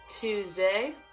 tuesday